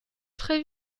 très